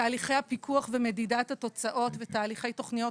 תהליכי הפיקוח ומדידת התוצאות ותהליכי תוכניות